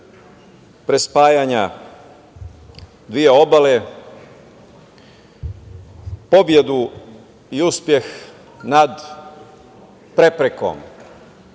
prispajanja dve obale, pobedu i uspeh nad preprekom,